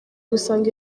gusanga